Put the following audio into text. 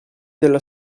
della